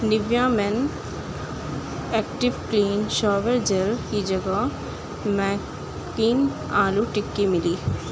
Nivea men active clean shower gel کی جگہ McCain aloo tikki ملی